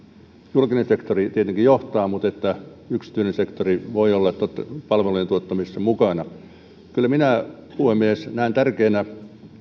julkinen sektori tietenkin johtaa mutta yksityinen sektori voi olla palvelujen tuottamisessa mukana kyllä minä puhemies näen tärkeänä